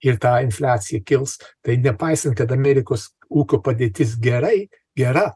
ir ta infliacija kils tai nepaisant kad amerikos ūkio padėtis gerai gera